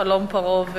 אני מכירה את חלום פרעה,